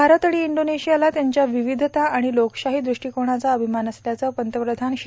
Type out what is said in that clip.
भारत आणि इंडोनेशियाला त्यांच्या विविधता आणि लोकशाही दृष्टीकोनाचा अभिमान असल्याचं पंतप्रधान श्री